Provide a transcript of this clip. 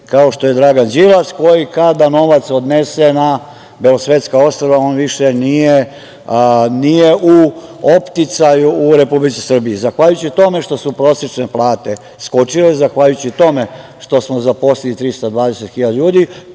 kao što je Dragan Đilas, koji, kada novac odnese na belosvetska ostrva on više nije u opticaju u Republici Srbiji. Zahvaljujući tome što su prosečne plate skočile, zahvaljujući tome što smo zaposlili 320.000 ljudi,